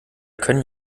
können